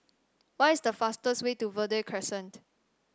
what is the fastest way to Verde Crescent